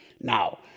Now